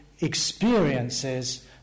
experiences